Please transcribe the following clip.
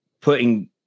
putting